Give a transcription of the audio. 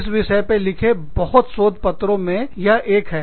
इस विषय पर लिखे बहुत शोध पत्रों में यह एक पत्र है